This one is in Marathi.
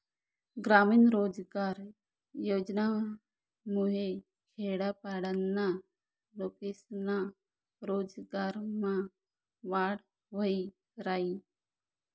ग्रामीण रोजगार योजनामुये खेडापाडाना लोकेस्ना रोजगारमा वाढ व्हयी रायनी